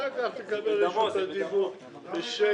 אחר כך תקבל את רשות הדיבור בשקט.